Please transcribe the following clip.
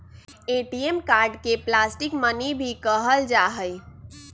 ATM card के plastic money भी कहल जाहई